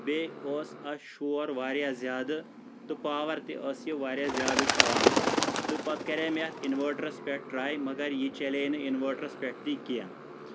بیٚیہِ اوس اَس شور واریاہ زیادٕ تہٕ پاوَر تہِ ٲس یہِ واریاہ زیادٕ کھیٚوان تہٕ پتہٕ کَریٚیہِ مےٚ اِنوٲٹرَس پٮ۪ٹھ ٹرے مَگر یہِ چلے نہٕ اِنوٲٹرس پٮ۪ٹھ تہِ کیٚنٛہہ